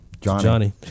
Johnny